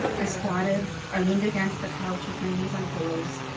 i squatted or leaned against the couch with my knees on pillows.